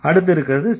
அடுத்து இருக்கறது C